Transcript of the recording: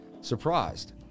surprised